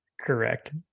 Correct